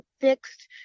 fixed